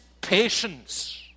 patience